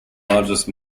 largest